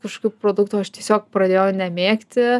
kažkokių produktų aš tiesiog pradėjau nemėgti